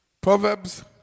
Proverbs